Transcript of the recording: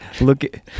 look